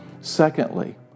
Secondly